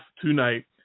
tonight